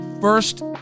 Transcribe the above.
first